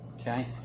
Okay